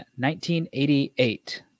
1988